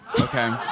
Okay